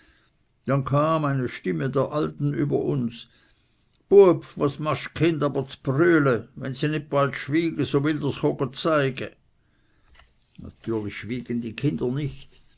dann kam die stimme der alten über uns bueb was machst d'ching aber z'brüele we sie nit bald schwyge so will der's cho zeige natürlich schwiegen die kinder nicht